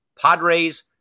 Padres